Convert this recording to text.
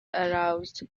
aroused